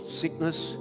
Sickness